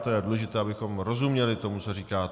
Je důležité, abychom rozuměli tomu, co říkáte.